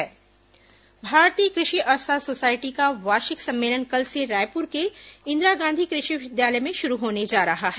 कृषि अर्थशास्त्र सम्मेलन भारतीय कृषि अर्थशास्त्र सोसायटी का वार्षिक सम्मेलन कल से रायपुर के इंदिरा गांधी कृषि विश्वविद्यालय में शुरू होने जा रहा है